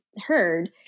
heard